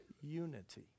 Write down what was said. unity